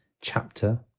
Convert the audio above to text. chapter